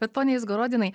bet pone izgorodinai